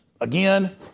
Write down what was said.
again